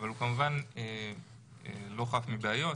אבל הוא כמובן לא חף מבעיות.